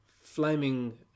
flaming